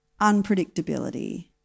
unpredictability